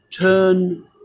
turn